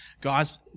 guys